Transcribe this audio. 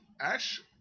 Ash